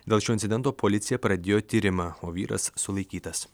dėl šio incidento policija pradėjo tyrimą o vyras sulaikytas